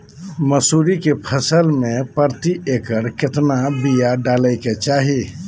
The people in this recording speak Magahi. मसूरी के फसल में प्रति एकड़ केतना बिया डाले के चाही?